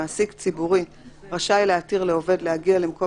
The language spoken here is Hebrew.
מעסיק ציבורי רשאי להתיר לעובד להגיע למקום